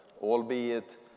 albeit